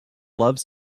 loves